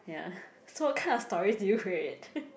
ya so what kind of stories did you create